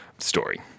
story